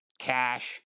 cash